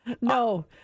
No